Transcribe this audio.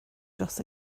dros